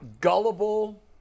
gullible